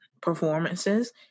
performances